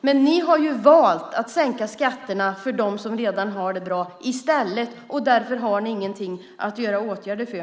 Men ni har i stället valt att sänka skatterna för dem som redan har det bra. Därför har ni inget att lägga på åtgärder nu.